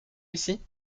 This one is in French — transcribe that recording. ici